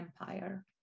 empire